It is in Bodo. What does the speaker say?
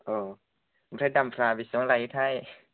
अ ओमफ्राय दामफोरा बेसेबां लायोथाय